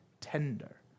tender